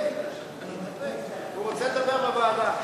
הוא רוצה לדבר בוועדה.